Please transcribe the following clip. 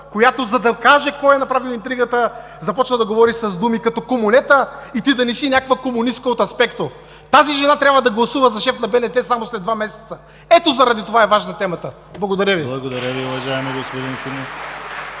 която, за да каже кой е направил интригата, започва да говори с думи като „комунета” и „ти да не си някаква комунистка от „Аспекто“?”. Тази жена трябва да гласува за шеф на БНТ само след два месеца. Ето заради това е важна темата! Благодаря Ви. (Ръкопляскания от